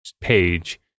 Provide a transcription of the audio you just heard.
page